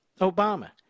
Obama